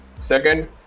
Second